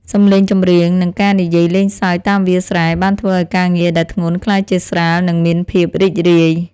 សំឡេងចម្រៀង និងការនិយាយលេងសើចតាមវាលស្រែ បានធ្វើឱ្យការងារដែលធ្ងន់ក្លាយជាស្រាល និងមានភាពរីករាយ។